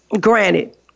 Granted